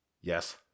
Yes